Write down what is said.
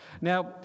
Now